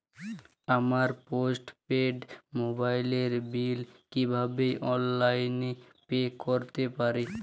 আমার post paid মোবাইলের bill কীভাবে অনলাইনে পে করতে পারি?